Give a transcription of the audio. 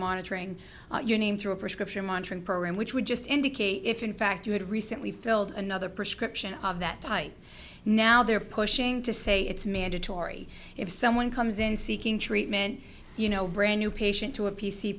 monitoring your name through a prescription monitoring program which would just indicate if in fact you had recently filled another prescription of that type now they're pushing to say it's mandatory if someone comes in seeking treatment you know a brand new patient to a p